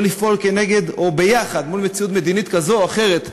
או לפעול נגד או יחד מול מציאות מדינית כזו או אחרת,